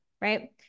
right